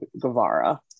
Guevara